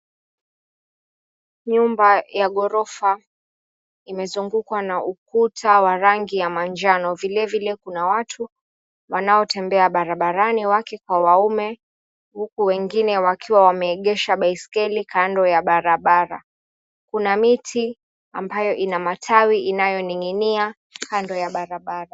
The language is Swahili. Nyumba ya ghorofa, imezungukwa na ukuta wa rangi ya manjano. Vile vile kuna watu wanaotembea barabarani, wake kwa waume. Huku wengine wakiwa wameegesha baiskeli kando ya barabara. Kuna miti ambayo ina matawi inayoning'inia kando ya barabara.